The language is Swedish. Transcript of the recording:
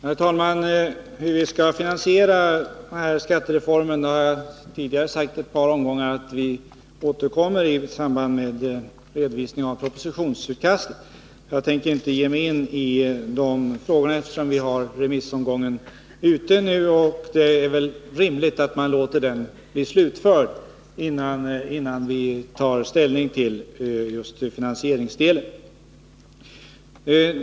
Herr talman! När det gäller frågan hur vi skall finansiera den här skattereformen har jag tidigare i ett par omgångar sagt att vi återkommer till detta i samband med redovisningen av propositionen. Jag tänker inte ge mig in i de frågorna nu, eftersom remissomgången pågår. Det är väl rimligt att man låter den bli slutförd innan man tar ställning till just finansieringsdelen.